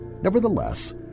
Nevertheless